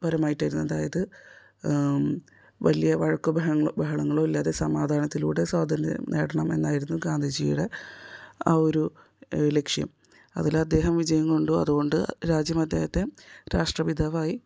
പരമായിട്ടായിരുന്നു അതായത് വലിയ വഴക്കും ബഹളങ്ങളൊന്നും ഇല്ലാതെ സമാധാനത്തിലൂടെ സ്വാതന്ത്ര്യം നേടണം എന്നായിരുന്നു ഗാന്ധിജിയുടെ ആ ഒരു ലക്ഷ്യം അതിലദ്ദേഹം വിജയം കൊണ്ടു അതുകൊണ്ട് രാജ്യം അദ്ദേഹത്തെ രാഷ്ട്രപിതാവായി